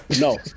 No